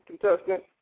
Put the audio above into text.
contestant